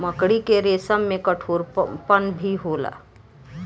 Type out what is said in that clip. मकड़ी के रेसम में कठोरपन भी होला